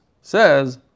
Says